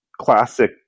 classic